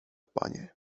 panie